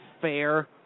fair